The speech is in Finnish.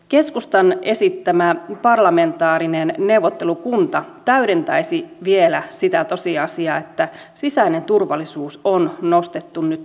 keskustan esittämä parlamentaarinen neuvottelukunta täydentäisi vielä sitä tosiasiaa että sisäinen turvallisuus on nostettu nyt todellakin arvoonsa